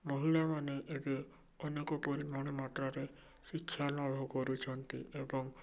ମହିଳାମାନେ ଏବେ ଅନେକ ପରିମାଣ ମାତ୍ରାରେ ଶିକ୍ଷା ଲାଭ କରୁଛନ୍ତି ଏବଂ